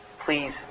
please